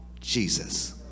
jesus